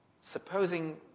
Supposing